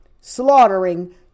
slaughtering